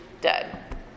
dead